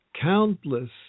countless